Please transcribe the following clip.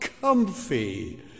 comfy